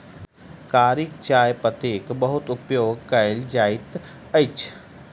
कारी चाह पत्तीक बहुत उपयोग कयल जाइत अछि